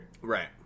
right